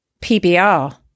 PBR